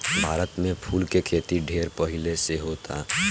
भारत में फूल के खेती ढेर पहिले से होता